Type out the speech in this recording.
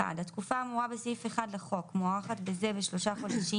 1. התקופה האמורה בסעיף 1 לחוק מוארכת בזה בשלושה חודשים